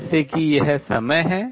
जैसे कि यह समय है